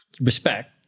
respect